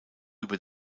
über